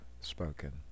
spoken